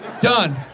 Done